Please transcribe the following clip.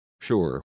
sure